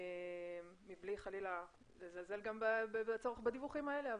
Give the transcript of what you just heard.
מבלי חלילה לזלזל גם בצורך בדיווחים האלה,